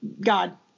God